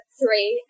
three